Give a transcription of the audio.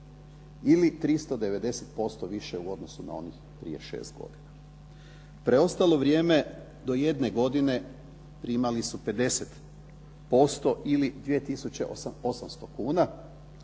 ili 390% više u odnosu na onih prije šest godina. Preostalo vrijeme do jedne godine primali su 50% ili 2 tisuće